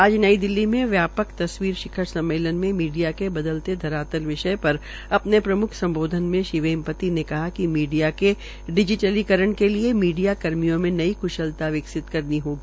आज नई दिल्ली मे व्यपक तस्वीर शिखर सम्मेलन में मीडिया के बदलते धरातल विषय पर अपने प्रमुख सम्बोधन में श्री वेमपाती ने कहा कि डिजीटलीकरण के लिए मीडिया कर्मियों में नई कुशलता विकसित करनी होगी